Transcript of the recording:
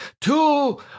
two